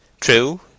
True